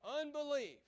Unbelief